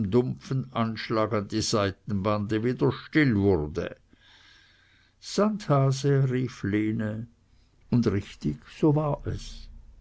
dumpfen anschlag an die seitenbande wieder still wurde sandhase rief lene und richtig so war es